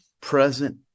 present